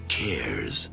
cares